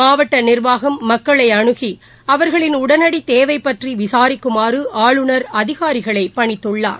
மாவட்ட நிர்வாகம் மக்களை அனுகி அவர்களின் உடனடி தேவை பற்றி விசாரிக்குமாறு ஆளுநர் அதிகாரிகளை பணித்துள்ளார்